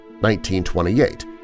1928